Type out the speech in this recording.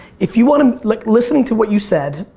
if you want to, like listening to what you said,